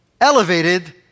elevated